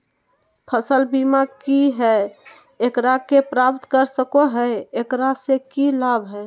फसल बीमा की है, एकरा के प्राप्त कर सको है, एकरा से की लाभ है?